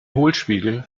hohlspiegel